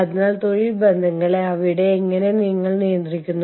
അതിനാൽ നിങ്ങൾ എങ്ങനെയാണ് ആ ആവശ്യങ്ങൾ പരിഹരിക്കുന്നത്